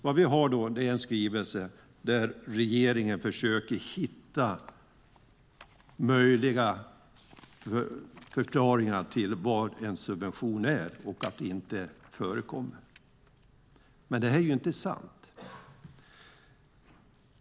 Vi har en skrivelse där regeringen försöker hitta möjliga förklaringar till vad en subvention är och att det inte förekommer. Men det är ju inte sant.